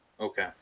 Okay